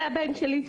זה הבן שלי,